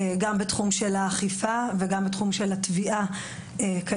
גם בתחום של האכיפה וגם בתחום של התביעה קיימות